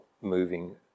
moving